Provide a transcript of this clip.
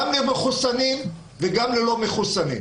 גם למחוסנים וגם ללא מחוסנים.